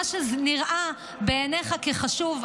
מה שנראה בעיניך כחשוב,